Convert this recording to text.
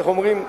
איך אומרים,